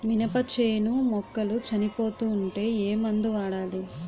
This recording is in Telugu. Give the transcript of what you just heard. మినప చేను మొక్కలు చనిపోతూ ఉంటే ఏమందు వాడాలి?